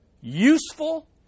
useful